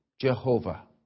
Jehovah